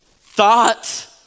thought